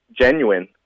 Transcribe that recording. genuine